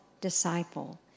disciple